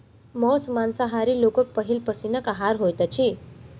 मौस मांसाहारी लोकक पहिल पसीनक आहार होइत छै